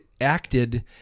acted